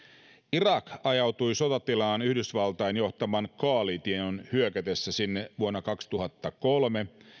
irak ajautui sotatilaan yhdysvaltain johtaman koalition hyökätessä sinne vuonna kaksituhattakolme